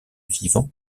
vivant